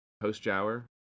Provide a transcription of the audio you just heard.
post-shower